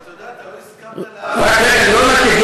אתה יודע, אתה לא הסכמת לאף הסתייגות.